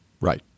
right